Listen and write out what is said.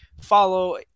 follow